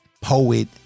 poet